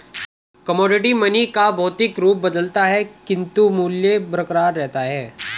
commodity money का भौतिक रूप बदलता है किंतु मूल्य बरकरार रहता है